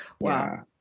Wow